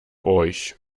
euch